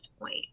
point